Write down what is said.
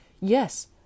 Yes